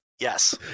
Yes